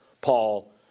Paul